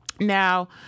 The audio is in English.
Now